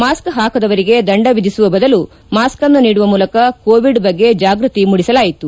ಮಾಸ್ತ್ ಹಾಕದವರಿಗೆ ದಂಡ ವಿಧಿಸುವ ಬದಲು ಮಾಸ್ತನ್ನು ನೀಡುವ ಮೂಲಕ ಕೋವಿಡ್ ಬಗ್ಗೆ ಜಾಗೃತಿ ಮೂಡಿಸಲಾಯಿತು